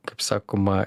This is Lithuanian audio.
kaip sakoma